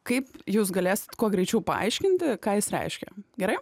kaip jūs galėsit kuo greičiau paaiškinti ką jis reiškia gerai